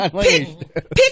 pick